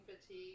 fatigue